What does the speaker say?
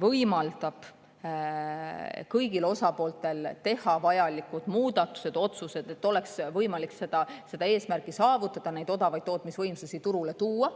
võimaldab kõigil osapooltel teha vajalikud muudatused, otsused, et oleks võimalik seda eesmärki saavutada, neid odavaid tootmisvõimsusi turule tuua.